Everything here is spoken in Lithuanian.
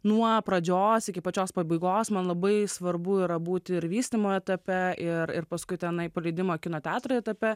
nuo pradžios iki pačios pabaigos man labai svarbu yra būti ir vystymo etape ir ir paskui tenai paleidimo kino teatrai etape